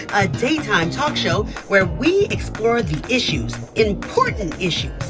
a daytime talk show where we explore the issues, important issues,